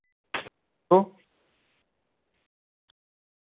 hello